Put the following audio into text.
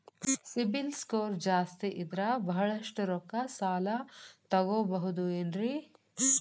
CIBIL score ಜಾಸ್ತಿ ಇದ್ರ ಬಹಳಷ್ಟು ರೊಕ್ಕ ಸಾಲ ತಗೋಬಹುದು ಏನ್ರಿ?